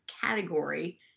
category